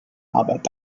arbeit